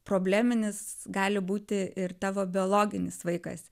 probleminis gali būti ir tavo biologinis vaikas